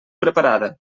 preparada